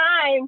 time